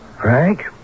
Frank